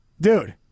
Dude